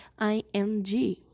ing